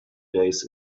days